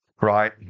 right